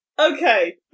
Okay